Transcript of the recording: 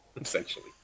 essentially